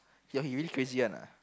ya he really crazy one ah